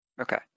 Okay